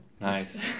Nice